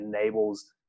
enables